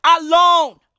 alone